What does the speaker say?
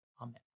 Amen